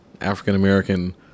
African-American